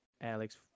Alex